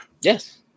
Yes